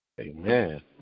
Amen